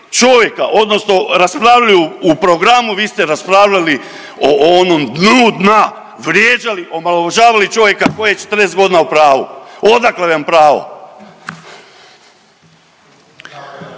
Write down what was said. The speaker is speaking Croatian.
čovjeka odnosno raspravljali o programu, vi ste raspravljali o onom dnu dna, vrijeđali i omalovažavali čovjeka koji je 14.g. u pravu. Odakle vam pravo?